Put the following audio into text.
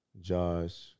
josh